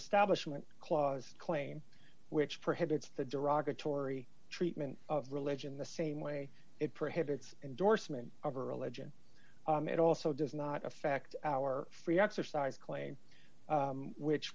establishment clause claim which prohibits the derogatory treatment of religion the same way it prohibits endorsement of religion it also does not affect our free exercise claim which